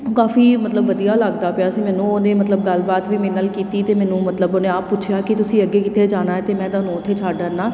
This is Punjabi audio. ਕਾਫੀ ਮਤਲਬ ਵਧੀਆ ਲੱਗਦਾ ਪਿਆ ਸੀ ਮੈਨੂੰ ਉਹਨੇ ਮਤਲਬ ਗੱਲਬਾਤ ਵੀ ਮੇਰੇ ਨਾਲ ਕੀਤੀ ਅਤੇ ਮੈਨੂੰ ਮਤਲਬ ਉਹਨੇ ਆਪ ਪੁੱਛਿਆ ਕਿ ਤੁਸੀਂ ਅੱਗੇ ਕਿੱਥੇ ਜਾਣਾ ਅਤੇ ਮੈਂ ਤੁਹਾਨੂੰ ਉੱਥੇ ਛੱਡ ਆਉਂਦਾ